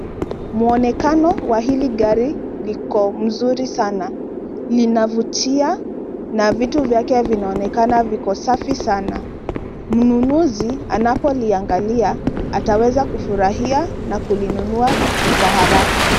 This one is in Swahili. Mwonekano wa hili gari liko mzuri sana, linavutia na vitu vyake vinaonekana viko safi sana. Mnunuzi anapoliangalia ataweza kufurahia, na kulinunua kwa haraka.